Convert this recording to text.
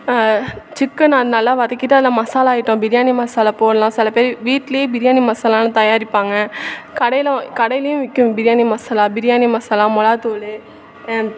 சிக்கனை அது நல்லா வதக்கிட்டு அதில் மசாலா ஐட்டம் பிரியாணி மசாலா போடலாம் சில பேர் வீட்டிலேயே பிரியாணி மசாலான்னு தயாரிப்பாங்க கடையில் கடையிலியும் விற்கும் பிரியாணி மசாலா பிரியாணி மசாலா மிளகாத்தூளு